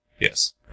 Yes